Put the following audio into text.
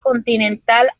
continental